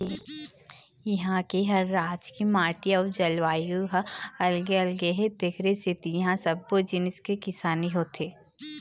इहां के हर राज के माटी अउ जलवायु ह अलगे अलगे हे तेखरे सेती इहां सब्बो जिनिस के किसानी होथे